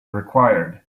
required